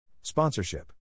Sponsorship